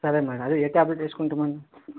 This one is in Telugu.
సరే మేడం ఏ టాబ్లెట్ వేసుకుంటే మంచిది